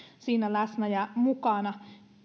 siinä läsnä ja mukana